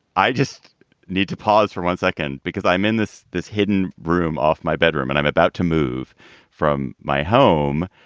i just need to pause for one second because i'm in this this hidden room off my bedroom and i'm about to move from my home.